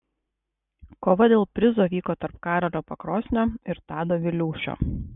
kova dėl prizo vyko tarp karolio pakrosnio ir tado viliūšio